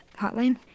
hotline